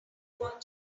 going